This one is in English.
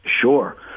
Sure